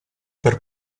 per